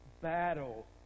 battle